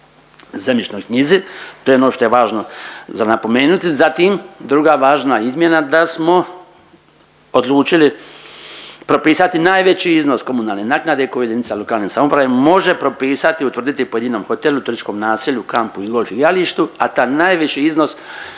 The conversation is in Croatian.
zemljišnoj knjizi. To je ono što je važno za napomenuti. Zatim druga važna izmjena da smo odlučili propisati najveći iznos komunalne naknade koju jedinica lokalne samouprave može propisati, utvrditi pojedinom hotelu, turističkom naselju, kampu ili golf igralištu, a taj najveći iznos